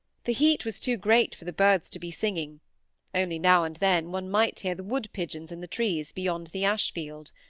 the heat was too great for the birds to be singing only now and then one might hear the wood-pigeons in the trees beyond the ashfield.